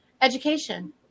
education